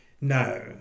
No